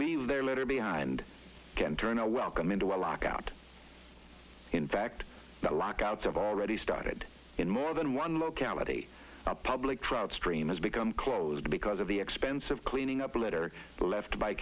leave their litter behind can turn a welcome into a lockout in fact the lock outs have already started in more than one locality a public trout stream has become closed because of the expense of cleaning up litter left by